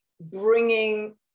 bringing